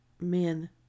men